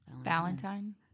Valentine